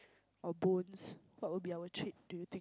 or bones what will be our treats do you think